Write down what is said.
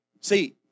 See